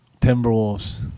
Timberwolves